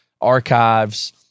archives